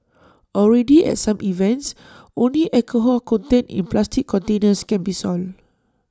already at some events only alcohol contained in plastic containers can be sold